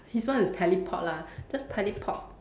his one is teleport lah just teleport